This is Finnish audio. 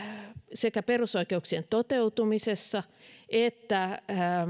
sekä perusoikeuksien toteutumisessa